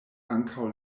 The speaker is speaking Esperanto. ankaŭ